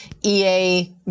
EA